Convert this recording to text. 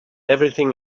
everything